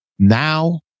Now